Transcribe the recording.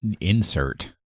insert